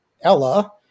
Ella